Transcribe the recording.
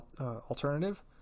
alternative